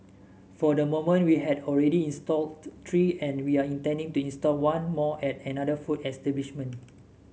for the moment we have already installed three and we are intending to install one more at another food establishment